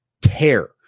tear